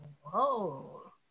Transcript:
whoa